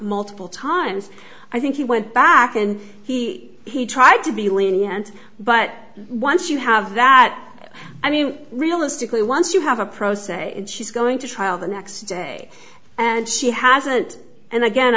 multiple times i think he went back and he he tried to be lenient but once you have that i mean realistically once you have a pro say she's going to trial the next day and she hasn't and again